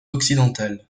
occidentales